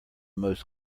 most